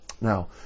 Now